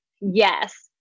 yes